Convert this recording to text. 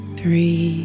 three